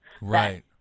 right